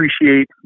appreciate